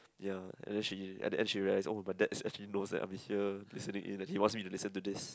ya and then she at the end she realize oh my dad actually knows that I'm here listening in and he wants me to listen to this